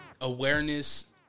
awareness